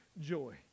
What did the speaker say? joy